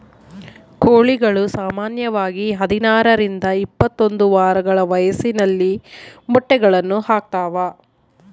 ಕೋಳಿಗಳು ಸಾಮಾನ್ಯವಾಗಿ ಹದಿನಾರರಿಂದ ಇಪ್ಪತ್ತೊಂದು ವಾರಗಳ ವಯಸ್ಸಿನಲ್ಲಿ ಮೊಟ್ಟೆಗಳನ್ನು ಹಾಕ್ತಾವ